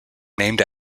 named